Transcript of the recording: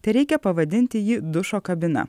tereikia pavadinti jį dušo kabina